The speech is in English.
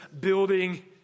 building